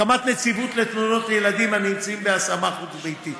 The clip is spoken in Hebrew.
הקמת נציבות לתלונות ילדים הנמצאים בהשמה חוץ-ביתית,